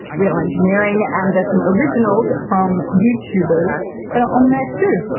real engineering and there's some originals from youtubers but on there too.